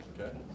okay